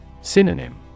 Synonym